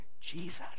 Jesus